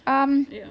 um